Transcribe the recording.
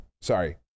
sorry